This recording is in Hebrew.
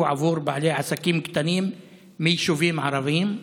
עבור בעלי עסקים קטנים מיישובים ערביים?